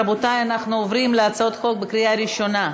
רבותי, אנחנו עוברים להצעות חוק בקריאה ראשונה,